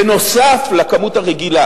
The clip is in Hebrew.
נוסף על המספר הרגיל,